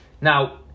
now